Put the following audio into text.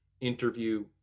interview